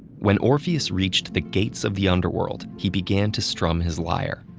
when orpheus reached the gates of the underworld, he began to strum his lyre.